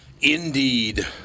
Indeed